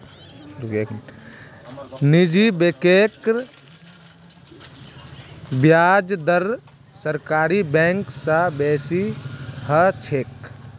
निजी बैंकेर ब्याज दर सरकारी बैंक स बेसी ह छेक